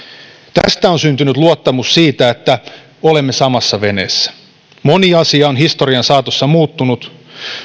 tästä on syntynyt luottamus siihen että olemme samassa veneessä moni asia on historian saatossa muuttunut